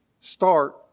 Start